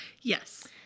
Yes